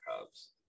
Cubs